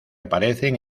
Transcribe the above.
aparecen